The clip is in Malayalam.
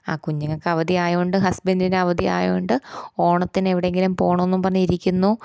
ആ കുഞ്ഞുങ്ങൾക്ക് അവധി ആയതുകൊണ്ട് ഹസ്ബൻ്റിന് അവധിയായതുകൊണ്ട് ഓണത്തിന് എവിടെങ്കിലും പോവണമെന്ന് പറഞ്ഞിരിക്കുന്നു